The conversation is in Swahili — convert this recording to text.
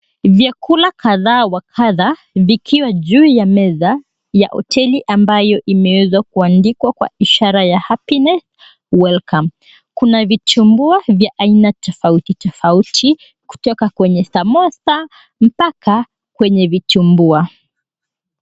Vyakula kadhaa wa kadha vikiwa juu ya meza ya hoteli ambayo imeweza kuandikwa kwa ishara ya Happiness Welcome. Kuna vitumbua vya aina tofauti tofauti kutoka kwenye samosa mpaka kwenye vitumbua.